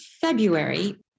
February